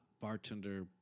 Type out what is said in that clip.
bartender